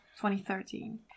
2013